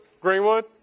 Greenwood